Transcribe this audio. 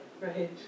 Right